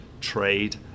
trade